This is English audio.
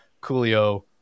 Coolio